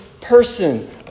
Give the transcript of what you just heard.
person